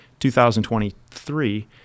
2023